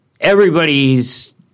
everybody's